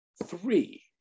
Three